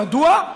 מדוע,